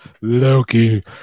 Loki